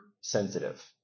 Sensitive